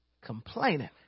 Complaining